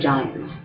Giants